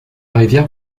rivière